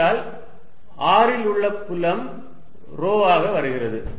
ஆகையால் r இல் உள்ள புலம் ρ ஆக வருகிறது